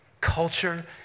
Culture